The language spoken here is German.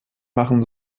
machen